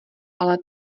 ale